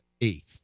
eighth